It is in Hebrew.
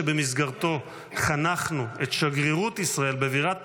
שבמסגרתו חנכנו את שגרירות ישראל בבירת פרגוואי,